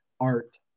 art